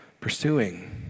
pursuing